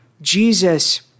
Jesus